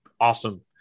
awesome